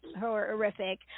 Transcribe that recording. horrific